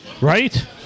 Right